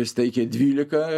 jis teikė dvylika